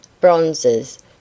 bronzes